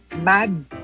mad